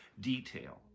detail